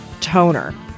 Toner